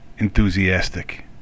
enthusiastic